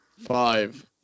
Five